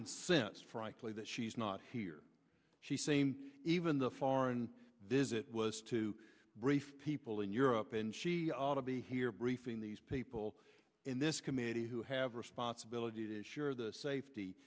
mean since frankly that she's not here she same even the foreign visit was to brief people in europe and she ought to be here briefing these people in this committee who have responsibility to ensure the safety